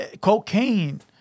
Cocaine